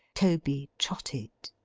toby trotted.